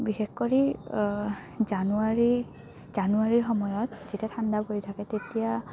বিশেষ কৰি জানুৱাৰী জানুৱাৰীৰ সময়ত যেতিয়া ঠাণ্ডা পৰি থাকে তেতিয়া